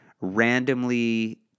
randomly